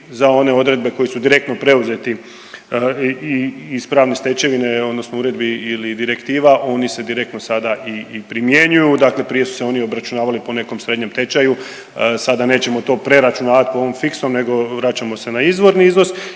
za one odredbe koji su direktno preuzeti iz pravne stečevine odnosno uredbi ili direktiva oni se direktno sada i primjenjuju. Dakle, prije su se oni obračunavali po nekom srednjem tečaju, sada nećemo to preračunavati po ovom fiksnom nego vraćamo se na izvorni iznos.